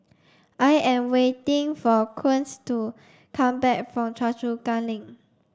I am waiting for Quint to come back from Choa Chu Kang Link